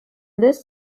this